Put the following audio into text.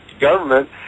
government